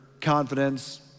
confidence